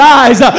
eyes